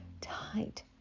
tight